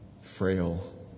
frail